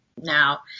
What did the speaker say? Now